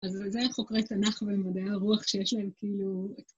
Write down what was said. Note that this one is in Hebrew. אז זה חוקרי תנך ומדעי הרוח שיש להם כאילו...